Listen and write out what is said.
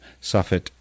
Suffet